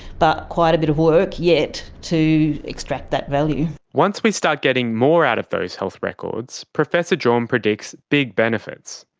but quite a bit of work yet to extract that value. once we start getting more out of those health records, professor jorm predicts big benefits.